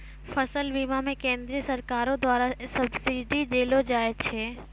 फसल बीमा मे केंद्रीय सरकारो द्वारा सब्सिडी देलो जाय छै